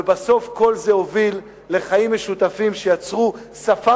ובסוף כל זה הוביל לחיים משותפים שיצרו שפה